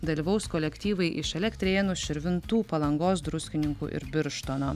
dalyvaus kolektyvai iš elektrėnų širvintų palangos druskininkų ir birštono